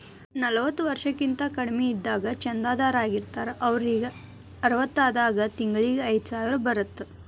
ನಲವತ್ತ ವರ್ಷಕ್ಕಿಂತ ಕಡಿಮಿ ಇದ್ದಾಗ ಚಂದಾದಾರ್ ಆಗಿರ್ತಾರ ಅವರಿಗ್ ಅರವತ್ತಾದಾಗ ತಿಂಗಳಿಗಿ ಐದ್ಸಾವಿರ ಬರತ್ತಾ